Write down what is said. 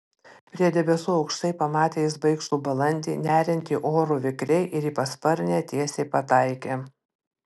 prie debesų aukštai pamatė jis baikštų balandį neriantį oru vikriai ir į pasparnę tiesiai pataikė